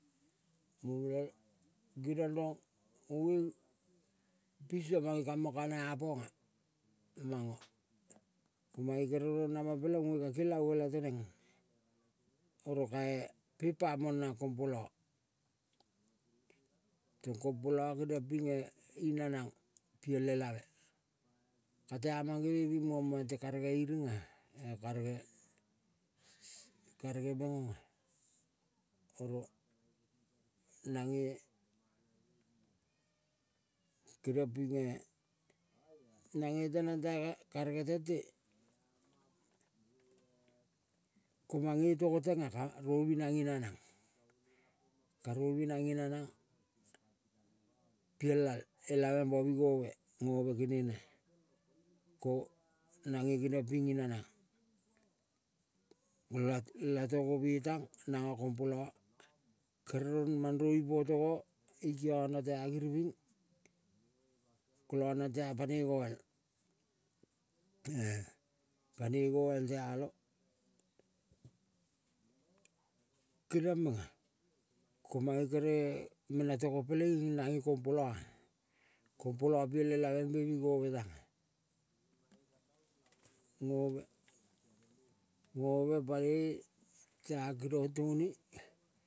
Mo regel geniong rong onge pinso mange kamang ka na apanga manga. Mae kere ron namang peleng onge kakelango ngela teneng oro kae pe pamang nang kom pola. Tong kompola geniong ping inanang piel elave. Katea mangereving omang te karege iringa e karege meng onga. Oro nange keriong pinge, nange tenang ta ka karege tente ko mange togo tenga karovu nang inanang. Karovi nang inanang piel al, elavemba bi gobe. Gobe genene, ko nange keriong ping ina nang kola latogo me tang nanga kompola. Kere ron mandrovi po togo ikia na tea giriving kola nang tea panei goal e panoi goial tealong. Keriong menga, ko mae kere mena togo peleing nange kompola-a. Kompola piel elavebe bi gobe tanga ngove, ngove pango, tea kinong toni.